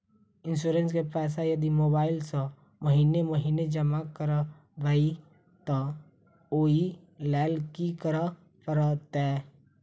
Insurance केँ पैसा यदि मोबाइल सँ महीने महीने जमा करबैई तऽ ओई लैल की करऽ परतै?